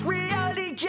Reality